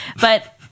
But-